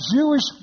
Jewish